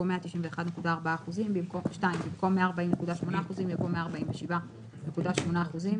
"191.4%"; במקום "140.8%" יבוא "147.8%".